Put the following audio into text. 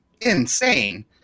insane